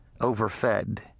overfed